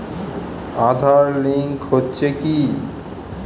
Aadhaar link হচ্ছে কি?